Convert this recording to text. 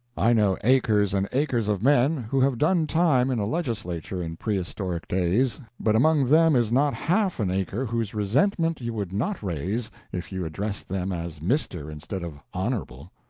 i know acres and acres of men who have done time in a legislature in prehistoric days, but among them is not half an acre whose resentment you would not raise if you addressed them as mr. instead of hon.